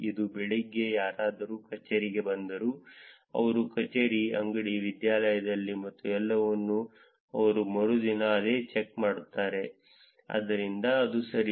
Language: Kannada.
ಇಂದು ಬೆಳಿಗ್ಗೆ ಯಾರಾದರೂ ಕಚೇರಿಗೆ ಬಂದರೆ ಅವರು ಕಚೇರಿ ಅಂಗಡಿ ವಿದ್ಯಾಲಯದಲ್ಲಿ ಮತ್ತು ಎಲ್ಲವನ್ನೂ ಅವರು ಮರುದಿನ ಅದೇ ಚೆಕ್ ಮಾಡುತ್ತಾರೆ ಅಂದರೆ ಅದು ಸರಿ